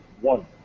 One